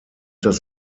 das